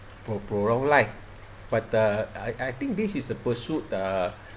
pro~ prolong life but uh I I think this is a pursuit uh